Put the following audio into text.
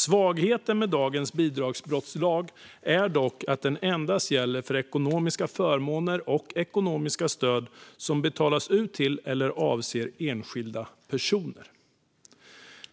Svagheten med dagens bidragsbrottslag är dock att den endast gäller för ekonomiska förmåner och ekonomiska stöd som betalas ut till eller avser enskilda personer.